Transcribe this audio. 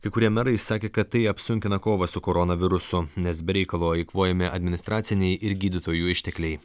kai kurie merai sakė kad tai apsunkina kovą su koronavirusu nes be reikalo eikvojami administraciniai ir gydytojų ištekliai